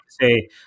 say